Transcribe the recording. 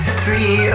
three